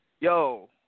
Yo